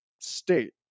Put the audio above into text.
state